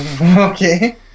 Okay